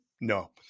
No